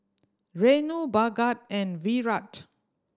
Renu Bhagat and Virat